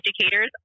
educators